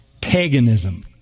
paganism